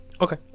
Okay